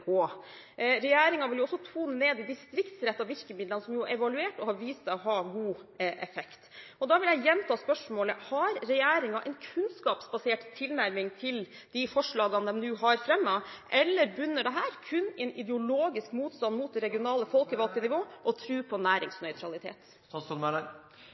også tone ned de distriktsrettede virkemidlene, som er evaluert og har vist seg å ha god effekt. Da vil jeg gjenta spørsmålet: Har regjeringen en kunnskapsbasert tilnærming til de forslagene den nå har fremmet, eller bunner dette kun i en ideologisk motstand mot det regionale folkevalgte nivået og tro på